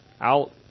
out